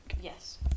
Yes